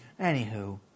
Anywho